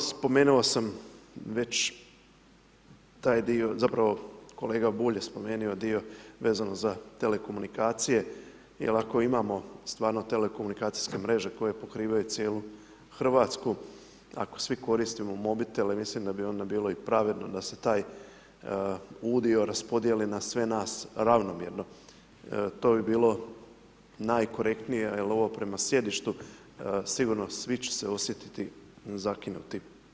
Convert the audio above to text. Spomenuo sam već taj dio zapravo kolega Bulj je spomenuo dio vezano za telekomunikacije jer ako imamo stvarno telekomunikacijske mreže koje pokrivaju cijelu Hrvatsku, ako svi koristimo mobitele, mislim da bi onda bilo i pravedno da se taj udio raspodijeli na sve nas ravnomjerno, to bi bilo najkorektnije jer ovo prema sjedištu sigurno svi će se osjetiti zakinuti.